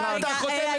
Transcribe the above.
מה, אתה חותמת גומי?